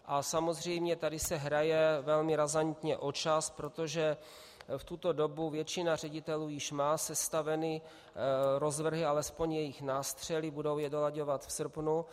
A samozřejmě tady se hraje velmi razantně o čas, protože v tuto dobu většina ředitelů již má sestaveny rozvrhy, alespoň jejich nástřely, budou je dolaďovat v srpnu.